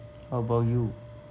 how about you